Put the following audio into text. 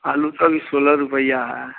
आलू तो अभी सोलह रुपये है